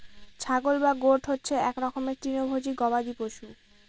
ছাগল বা গোট হচ্ছে এক রকমের তৃণভোজী গবাদি পশু